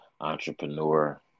entrepreneur